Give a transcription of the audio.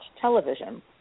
television